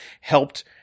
helped